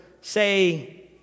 say